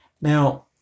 Now